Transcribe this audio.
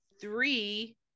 three